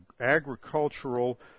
agricultural